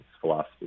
philosophy